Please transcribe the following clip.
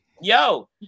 Yo